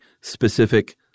specific